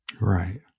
right